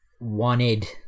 wanted